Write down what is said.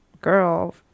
girl